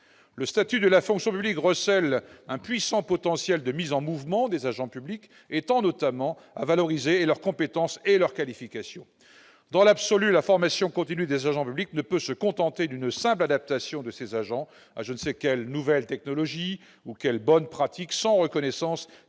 Le statut de la fonction publique recèle un puissant potentiel de mise en mouvement des agents publics et tend notamment à valoriser et leurs compétences et leur qualification. Dans l'absolu, la formation continue des agents publics ne peut se contenter d'une simple adaptation de ces agents à je ne sais quelle nouvelle technologie ou quelle bonne pratique sans reconnaissance